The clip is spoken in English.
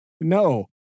no